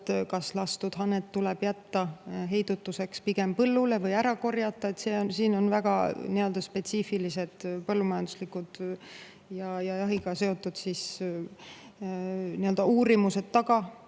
kas lastud haned tuleb jätta heidutuseks pigem põllule või ära korjata. Siin on väga spetsiifilised põllumajanduslikud ja jahiga seotud uurimused taga.